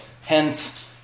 Hence